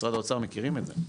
משרד האוצר מכירים את זה,